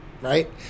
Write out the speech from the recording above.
right